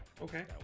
Okay